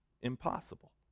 impossible